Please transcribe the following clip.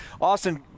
Austin